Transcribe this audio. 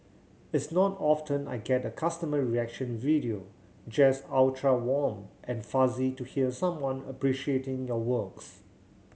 it's not often I get a customer reaction video just ultra warm and fuzzy to hear someone appreciating your works